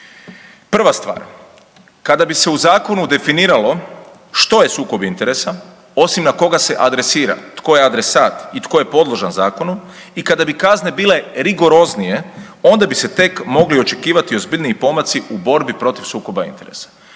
Prva stvar, kada bi se u zakonu definiralo što je sukob interesa, osim na koga se adresira, tko je adresat i tko je podložan zakonu, i kada bi kazne bile rigoroznije onda bi se tek mogli očekivati ozbiljniji pomaci u borbi protiv sukoba interesa.